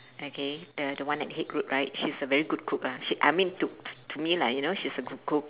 okay the the one at right she's a very good cook ah she I mean to to me lah you know she's a good cook